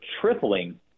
tripling